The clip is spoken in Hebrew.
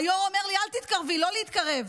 היו"ר: אל תתקרבי, לא להתקרב.